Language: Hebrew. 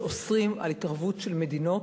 שאוסרים התערבות של מדינות,